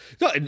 No